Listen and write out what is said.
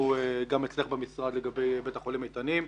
גם אצלך במשרד לגבי בית החולים איתנים.